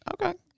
okay